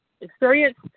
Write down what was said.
experience